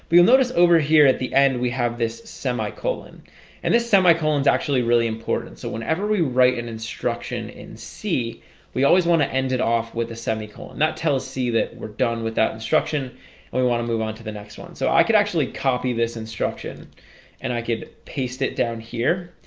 we will notice over here at the end. we have this semicolon and this semicolon is actually really important so whenever we write an instruction in c we always want to end it off with a semicolon that tells c that we're done with that instruction and we want to move on to the next one so i could actually copy this instruction and i could paste it down here